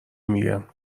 میگم